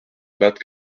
bad